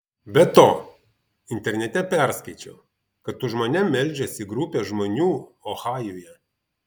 be to internete perskaičiau kad už mane meldžiasi grupė žmonių ohajuje